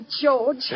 George